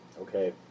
Okay